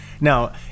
Now